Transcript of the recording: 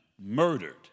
murdered